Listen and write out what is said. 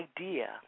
idea